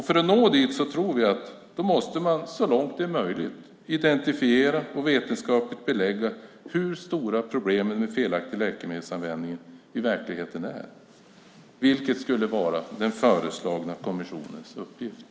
För att nå dit måste man så långt det är möjligt identifiera och vetenskapligt belägga hur stora problemen med felaktig läkemedelsanvändning i verkligheten är, vilket skulle vara den föreslagna haverikommissionens uppgift.